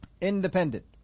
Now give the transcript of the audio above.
Independent